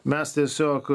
mes tiesiog